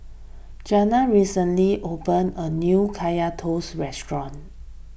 Janna recently opened a new Kaya Toast restaurant